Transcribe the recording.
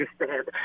understand